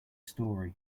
story